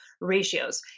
ratios